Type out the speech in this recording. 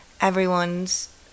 everyone's